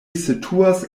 situas